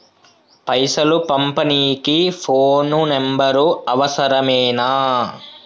పైసలు పంపనీకి phone number అవసరమేనా?